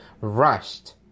rushed